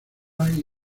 hay